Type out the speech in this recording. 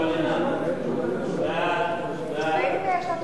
ההסתייגות לאחרי סעיף 13